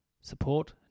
support